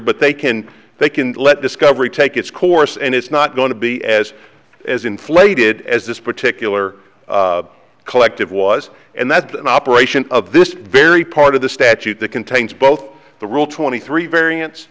but they can they can let discovery take its course and it's not going to be as as inflated as this particular collective was and that's an operation of this very part of the statute that contains both the rule twenty three varian